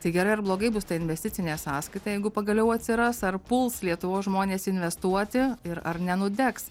tai gerai ar blogai bus ta investicinė sąskaita jeigu pagaliau atsiras ar puls lietuvos žmonės investuoti ir ar nenudegs